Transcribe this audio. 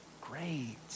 great